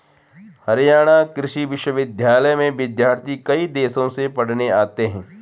हरियाणा कृषि विश्वविद्यालय में विद्यार्थी कई देशों से पढ़ने आते हैं